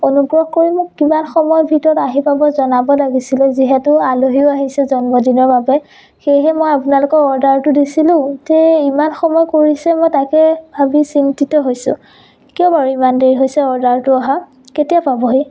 অনুগ্ৰহ কৰি মোক কিমান সময়ৰ ভিতৰত আহি পাব জনাব লাগিছিলে যিহেতু আলহীও আহিছে জন্মদিনৰ বাবে সেইহে মই আপোনালোকৰ অৰ্ডাৰটো দিছিলোঁ মুঠে ইমান সময় কৰিছে মই তাকে ভাবি চিন্তিত হৈছোঁ কিয় বাৰু ইমান দেৰি হৈছে অৰ্ডাৰটো অহা কেতিয়া পাবহি